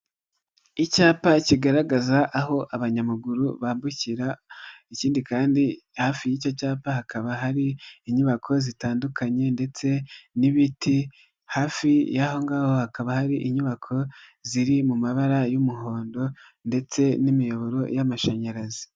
Icyapa kigaragaza aho abanyamaguru bambukira, ikindi kandi hafi y'icyo cyapa hakaba hari inyubako zitandukanye ndetse n'ibiti hafi yaho ngaho hakaba hari inyubako, ziri mu mabara y'umuhondo ndetse n'imiyoboro y'amashanyarazi.